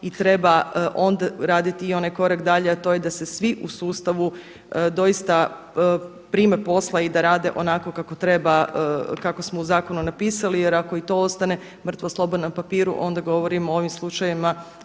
i treba raditi i onaj korak dalje, a to je da se svi u sustavu doista prime posla i da rade onako kako treba kako smo u zakonu napisali jer ako i to ostane mrtvo slovo na papiru onda govorimo o ovim slučajevima